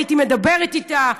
הייתי מדברת אתה,